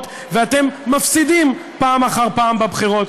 ואתם מפסידים פעם אחר פעם בבחירות.